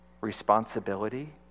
responsibility